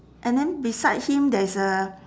and then beside him there is a